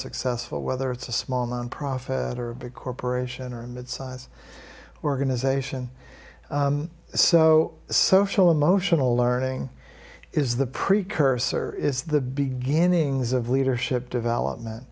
successful whether it's a small nonprofit or a big corporation or a midsize organization so social emotional learning is the precursor is the beginnings of leadership development